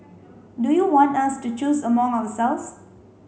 do you want us to choose among ourselves